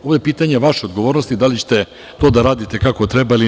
Ovo je pitanje vaše odgovornosti, da li ćete to da radite kako treba ili ne.